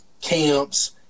camps